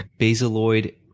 basaloid